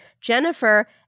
Jennifer